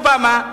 לא אומר לאובמה.